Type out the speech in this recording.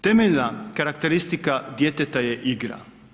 Temeljna karakteristika djeteta je igra.